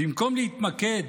במקום להתמקד